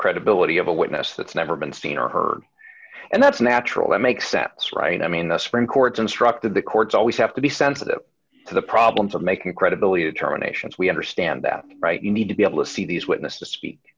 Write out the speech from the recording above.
credibility of a witness that's never been seen or heard and that's natural that makes sense right i mean the supreme court's instructed the courts always have to be sensitive to the problems of making credibility determinations we understand that right you need to be able to see these witnesses speak